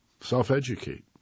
Self-educate